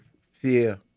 fear